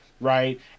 Right